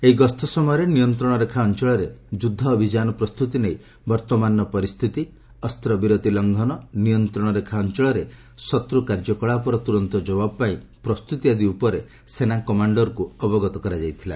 ଏହି ଗସ୍ତ ସମୟରେ ନିୟନ୍ତ୍ରଣରେଖା ଅଞ୍ଚଳରେ ଯୁଦ୍ଧ ଅଭିଯାନ ପ୍ରସ୍ତୁତି ନେଇ ବର୍ତ୍ତମାନର ପରିସ୍ଥିତି ଅସ୍ତ୍ରବିରତି ଲଂଘନ ନିୟନ୍ତ୍ରଣରେଖା ଅଞ୍ଚଳରେ ଶତ୍ରୁ କାର୍ଯ୍ୟକଳାପର ତୁରନ୍ତ ଜବାବ ପାଇଁ ପ୍ରସ୍ତୁତି ଆଦି ଉପରେ ସେନା କମାଣ୍ଡରଙ୍କୁ ଅବଗତ କରାଯାଇଥିଲା